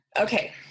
Okay